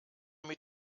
mit